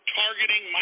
targeting